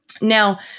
Now